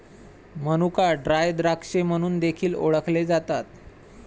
मनुका ड्राय द्राक्षे म्हणून देखील ओळखले जातात